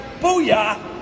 Booyah